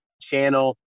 channel